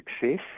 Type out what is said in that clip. success